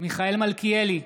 מיכאל מלכיאלי,